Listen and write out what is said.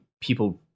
people